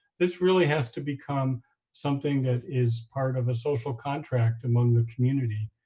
this really has to become something that is part of a social contract among the community,